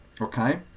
okay